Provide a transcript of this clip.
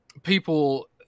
People